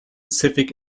civic